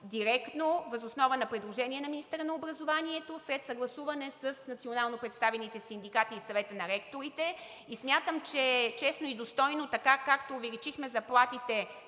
директно въз основа на предложение на министъра на образованието след съгласуване с национално представените синдикати и Съвета на ректорите. И смятам, че е честно и достойно, така както увеличихме заплатите